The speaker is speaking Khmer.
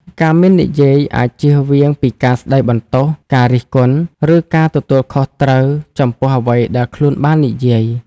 ការមិននិយាយអាចជៀសវាងពីការស្តីបន្ទោស ការរិះគន់ ឬការទទួលខុសត្រូវចំពោះអ្វីដែលខ្លួនបាននិយាយ។